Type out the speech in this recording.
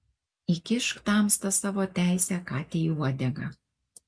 įkišk tamsta savo teisę katei į uodegą